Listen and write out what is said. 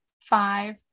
five